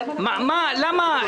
מה זה מדינה יהודית?